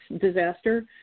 disaster